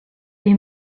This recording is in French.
les